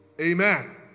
Amen